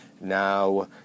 now